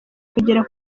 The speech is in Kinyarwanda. kugera